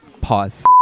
pause